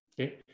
Okay